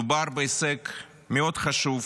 מדובר בהישג מאוד חשוב